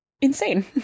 insane